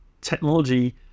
technology